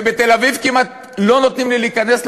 בתל-אביב כמעט לא נותנים לי להיכנס,